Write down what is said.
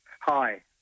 Hi